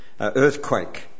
earthquake